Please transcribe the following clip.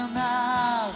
now